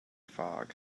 fog